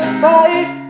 fight